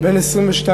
בן 22,